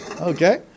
Okay